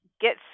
get